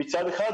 מצד אחד,